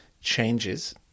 changes